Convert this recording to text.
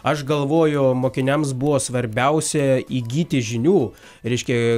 aš galvoju mokiniams buvo svarbiausia įgyti žinių reiškia